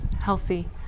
healthy